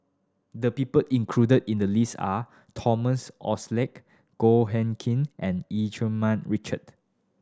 the people included in the list are Thomas Oxley Goh Hood Keng and Eu Keng Man Richard